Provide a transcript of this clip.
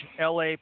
La